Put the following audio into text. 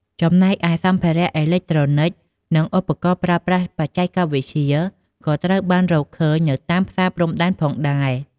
ចំណែកឯ សម្ភារៈអេឡិចត្រូនិក និងឧបករណ៍ប្រើប្រាស់បច្ចេកវិទ្យា ក៏ត្រូវបានរកឃើញនៅតាមផ្សារព្រំដែនផងដែរ។